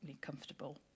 comfortable